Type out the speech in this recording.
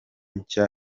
nshya